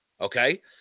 okay